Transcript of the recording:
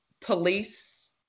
police